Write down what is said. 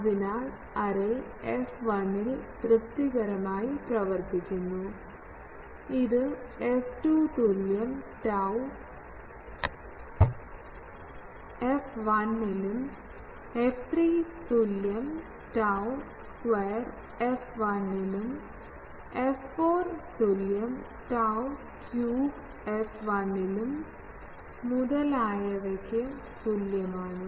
അതിനാൽ എറേ f1 ൽ തൃപ്തികരമായി പ്രവർത്തിക്കുന്നു ഇത് f2 തുല്യം tau f1 ലും f3 തുല്യം tau സ്ക്വയർ f1 ലും f4 തുല്യo tau ക്യൂബ് f1 ലും മുതലായവയ്ക്ക് തുല്യമാണ്